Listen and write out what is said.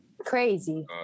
Crazy